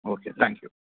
okay thank you